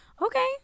Okay